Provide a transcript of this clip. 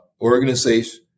organization